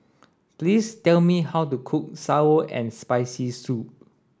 please tell me how to cook sour and spicy soup